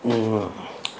ಹ್ಞೂ